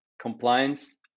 compliance